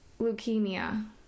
leukemia